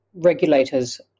regulators